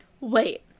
Wait